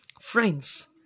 friends